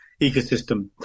ecosystem